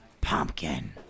Pumpkin